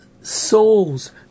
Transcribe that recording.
souls